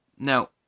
Now